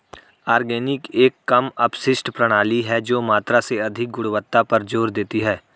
organic एक कम अपशिष्ट प्रणाली है जो मात्रा से अधिक गुणवत्ता पर जोर देती है